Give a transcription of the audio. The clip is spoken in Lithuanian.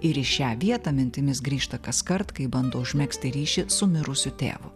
ir į šią vietą mintimis grįžta kaskart kai bando užmegzti ryšį su mirusiu tėvu